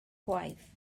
gwaith